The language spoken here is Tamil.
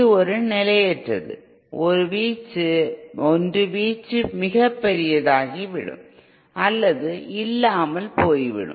இது ஒரு நிலையற்றது ஒன்று வீச்சு மிகப் பெரியதாகிவிடும் அல்லது இல்லாமல் போய்விடும்